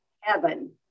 heaven